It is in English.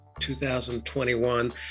2021